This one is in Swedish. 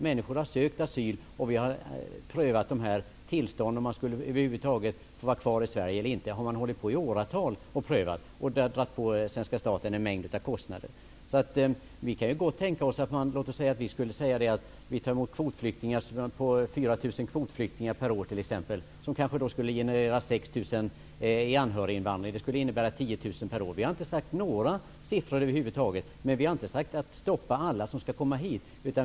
Människor har sökt asyl, och vi har prövat tillstånden -- om de över huvud taget får vara kvar i Sverige eller inte -- i åratal. Det har dragit på svenska staten en mängd kostnader. Vi kan gott tänka oss att ta emot t.ex. 4 000 kvotflyktingar per år, vilket kanske skulle generera 6 000 personer i anhöriginvandring. Det skulle innebära 10 000 per år. Vi har över huvud taget inte nämnt några siffror, men vi har heller inte sagt att alla som kommer hit skall stoppas.